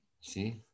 See